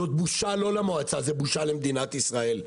זאת בושה לא למועצה, זאת בושה למדינת ישראל.